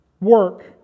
work